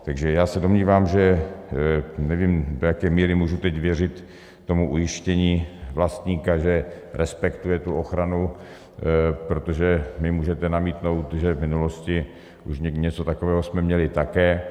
Takže já se domnívám, že nevím, do jaké míry můžu teď věřit tomu ujištění vlastníka, že respektuje tu ochranu, protože mi můžete namítnout, že v minulosti už něco takového jsme měli také.